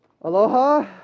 Aloha